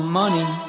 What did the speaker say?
money